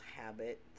habit